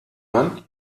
man